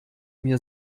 mir